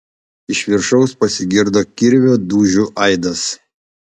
iš viršaus pasigirdo kirvio dūžių aidas